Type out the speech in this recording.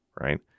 right